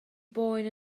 boen